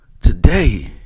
today